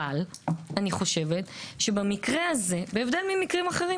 אבל אני חושבת שבמקרה הזה בהבדל ממקרים אחרים